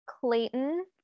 clayton